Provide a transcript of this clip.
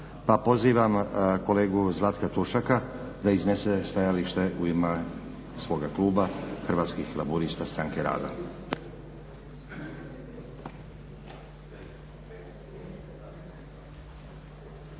pozivam kolegu Zlatka Tušaka da iznese stajalište u ime svoga kluba Hrvatskih laburista-Stranke rada.